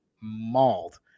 mauled